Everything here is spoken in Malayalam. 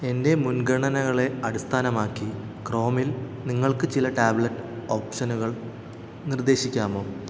എന്റെ മുൻഗണനകളെ അടിസ്ഥാനമാക്കി ക്രോമിൽ നിങ്ങൾക്ക് ചില ടാബ്ലറ്റ് ഓപ്ഷനുകൾ നിർദ്ദേശിക്കാമോ